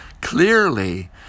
clearly